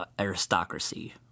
aristocracy